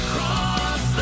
Cross